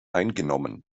eingenommen